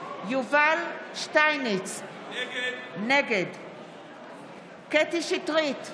יובל שטייניץ, נגד קטי קטרין שטרית,